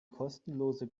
kostenlose